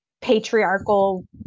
patriarchal